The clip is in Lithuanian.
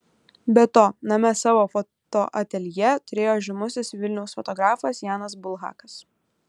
be to name savo fotoateljė turėjo žymusis vilniaus fotografas janas bulhakas